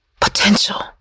potential